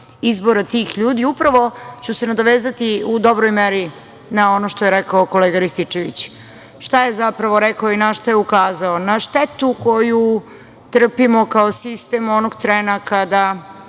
izbora tih ljudi. Upravo ću se nadovezati u dobroj meri na ono što je rekao kolega Rističević. Šta je zapravo rekao i na šta je ukazao? Na štetu koju trpimo kao sistem onog trena kada